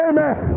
Amen